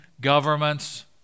governments